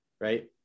right